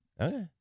Okay